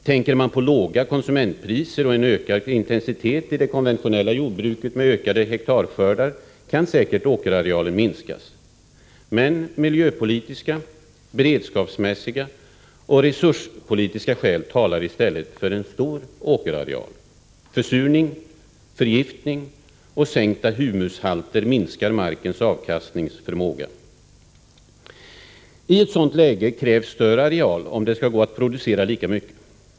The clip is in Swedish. Tänker man på låga konsumentpriser och en ökad intensitet i det konventionella jordbruket med ökade hektarskördar, kan säkert åkerarealen minskas, men miljöpolitiska, beredskapsmässiga och resurspolitiska skäl talar i stället för en stor åkerareal. Försurning, förgiftning och sänkta humushalter minskar markens avkastningsförmåga. I ett sådant läge krävs större areal, om det skall gå att producera lika mycket.